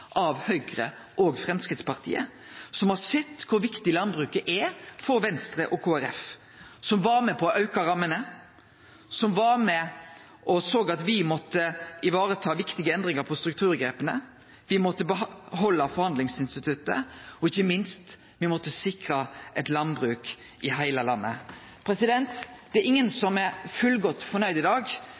av Høgre og Framstegspartiet, som har sett kor viktig landbruket er for Venstre og Kristeleg Folkeparti, som var med på å auke rammene, som var med og såg at me måtte vareta viktige endringar av strukturgrepa, at me måtte behalde forhandlingsinstituttet, og ikkje minst at me måtte sikre eit landbruk i heile landet. Det er ingen som er fullgodt fornøgd i dag,